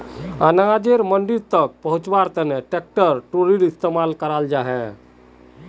अनाजोक मंडी तक पहुन्च्वार तने ट्रेक्टर ट्रालिर इस्तेमाल कराल जाहा